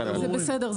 זה בסדר.